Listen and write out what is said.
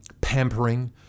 pampering